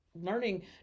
learning